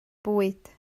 bwyd